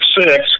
six